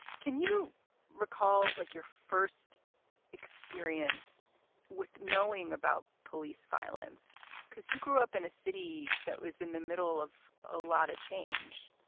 can you recall, like, your first experience with knowing about police violence because you grew up in a city that was in the middle of a lot of change?